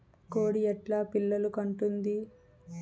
కోడి ఎట్లా పిల్లలు కంటుంది?